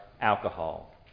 alcohol